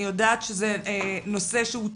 אני יודעת שזה נושא שהוא טעון,